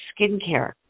skincare